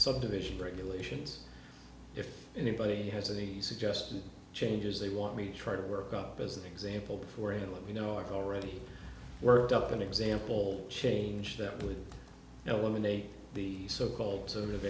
subdivision regulations if anybody has any suggested changes they want me to try to work up as an example before i let you know i've already worked up an example change that would eliminate the so called sort of